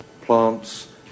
plants